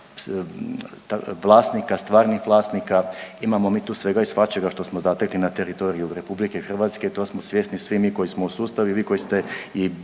vlasnika, stvarnih vlasnika, imamo mi tu svega i svačega što smo zatekli na teritoriju RH i to smo svjesni svi mi koji smo u sustavu i vi koji ste i